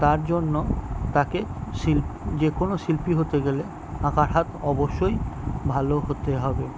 তার জন্য তাকে শিল যে কোনো শিল্পী হতে গেলে আঁকার হাত অবশ্যই ভালো হতে হবে